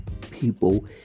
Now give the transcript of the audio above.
People